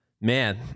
Man